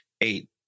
eight